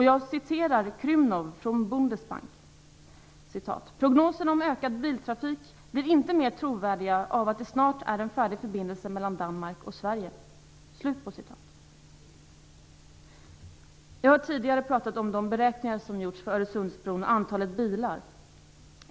Jag citerar Jürgen Krumnow i Bundesbank: Prognoserna om ökad biltrafik blir inte mer trovärdiga av att det snart finns en färdig förbindelse mellan Danmark och Jag har tidigare pratat om de beräkningar som har gjorts för Öresundsbron och antalet bilar.